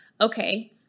okay